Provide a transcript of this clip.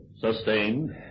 Sustained